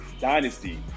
Dynasty